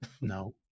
No